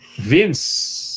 Vince